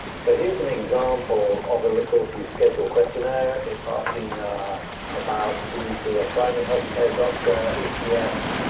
so here's an example of a resource use schedule questionnaire. it's asking about, did you see a primary health care doctor? if yes,